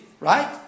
right